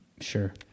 Sure